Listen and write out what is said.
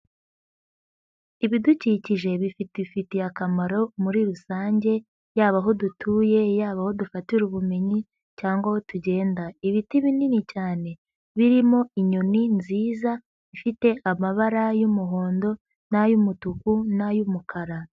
ibidukikije bifitiye akamaro muri rusange, yaba aho dutuye, yaba aho dufatira ubumenyi cyangwa aho tugenda. Ibiti binini cyane birimo inyoni nziza ifite amabara y'umuhondo n'ay'umutuku n'ay'umukara.